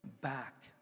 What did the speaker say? back